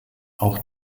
auch